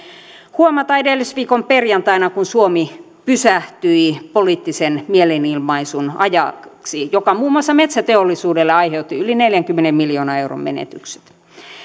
huomata edellisviikon perjantaina kun suomi pysähtyi poliittisen mielenilmaisun ajaksi joka muun muassa metsäteollisuudelle aiheutti yli neljänkymmenen miljoonan euron menetykset